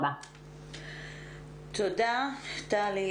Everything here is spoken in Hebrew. למעשה הדרכים שבהן אנשים יצטרכו להתקיים הן דרכים שהן יהיו לא חוקיות.